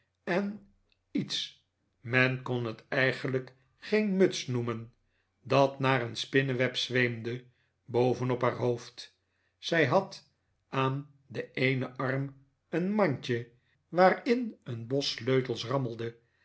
en iets men kon het eigenlijk geen muts noemen tm dat naar een spinneweb zweemde boven op haar hoofd zij had aan den eenen arm een mandje waarin een bos sleutels rammelde